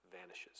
vanishes